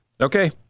Okay